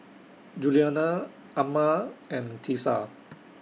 Julianna Amma and Tisa